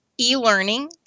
e-learning